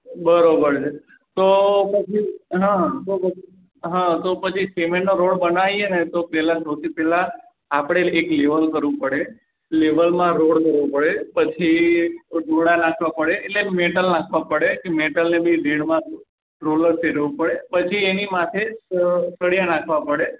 બરાબર છે તો પછી તો પછી હં તો પછી સિમેન્ટનો રોડ બનાવીએ ને તો પહેલાં સૌથી પહેલાં આપણે એક લેવલ કરવું પડે લેવલમાં રોડ કરવો પડે પછી રોડા નાખવા પડે એટલે મેટલ નાખવાં પડે એ મેટલને બી રોલર ફેરવવું પડે પછી એની માથે સળિયા નાખવા પડે